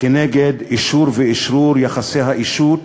כנגד אישור ואשרור יחסי האישות,